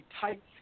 tight